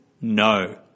No